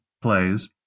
Plays